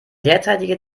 derzeitige